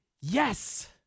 Yes